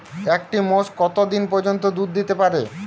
একটি মোষ কত দিন পর্যন্ত দুধ দিতে পারে?